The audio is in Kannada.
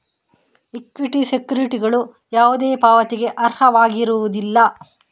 ಈಕ್ವಿಟಿ ಸೆಕ್ಯುರಿಟಿಗಳು ಯಾವುದೇ ಪಾವತಿಗೆ ಅರ್ಹವಾಗಿರುವುದಿಲ್ಲ